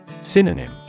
Synonym